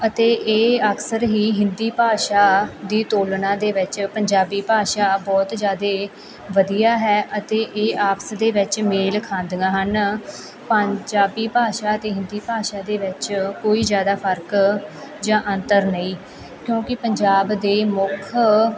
ਅਤੇ ਇਹ ਅਕਸਰ ਹੀ ਹਿੰਦੀ ਭਾਸ਼ਾ ਦੀ ਤੁਲਨਾ ਦੇ ਵਿੱਚ ਪੰਜਾਬੀ ਭਾਸ਼ਾ ਬਹੁਤ ਜਿਆਦੇ ਵਧੀਆ ਹੈ ਅਤੇ ਇਹ ਆਪਸ ਦੇ ਵਿੱਚ ਮੇਲ ਖਾਂਦੀਆਂ ਹਨ ਪੰਜਾਬੀ ਭਾਸ਼ਾ ਤੇ ਹਿੰਦੀ ਭਾਸ਼ਾ ਦੇ ਵਿੱਚ ਕੋਈ ਜਿਆਦਾ ਫਰਕ ਜਾਂ ਅੰਤਰ ਨਹੀਂ ਕਿਉਂਕਿ ਪੰਜਾਬ ਦੇ ਮੁੱਖ